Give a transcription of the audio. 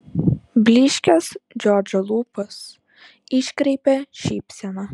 blyškias džordžo lūpas iškreipė šypsena